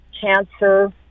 cancer